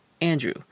Andrew